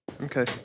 Okay